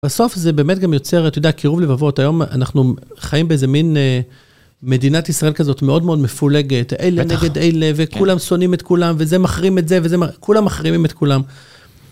בסוף זה באמת גם יוצר, אתה יודע, קירוב לבבות. היום אנחנו חיים באיזה מין מדינת ישראל כזאת מאוד מאוד מפולגת. אלה נגד אלה, וכולם שונאים את כולם, וזה מכרים את זה, וכולם מכרימים את כולם.